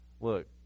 look